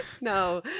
No